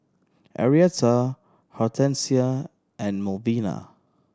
Arietta Hortensia and Melvina